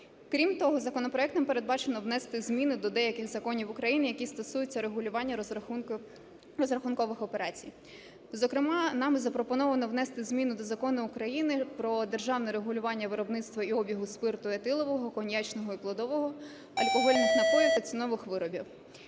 Крім того, законопроектом передбачено внести зміни до деяких законів України, які стосуються регулювання розрахункових операцій. Зокрема нами запропоновано внести зміну до Закону України про державне регулювання виробництва і обігу спирту етилового, коньячного і плодового, алкогольних напоїв та тютюнових виробів.